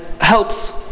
helps